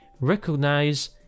recognize